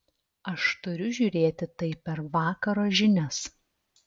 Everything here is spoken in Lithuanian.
aš turiu žiūrėti tai per vakaro žinias